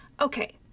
Okay